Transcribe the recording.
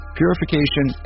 purification